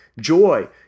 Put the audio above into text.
joy